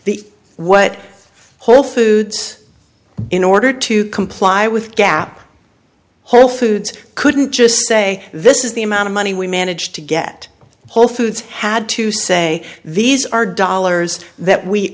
the what whole foods in order to comply with gap wholefoods couldn't just say this is the amount of money we managed to get whole foods had to say these are dollars that we